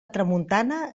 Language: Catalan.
tramuntana